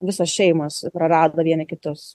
visos šeimos prarado vieni kitus